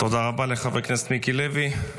תודה רבה לחבר הכנסת מיקי לוי.